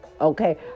Okay